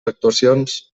actuacions